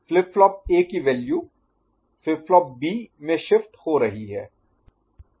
flip flop A की value flip flop B में shift हो रही है